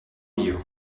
livre